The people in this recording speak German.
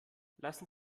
lassen